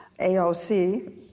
aoc